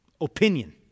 Opinion